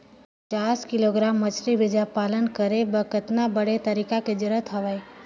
पचास किलोग्राम मछरी बीजा पालन करे बर कतका बड़े तरिया के जरूरत हवय?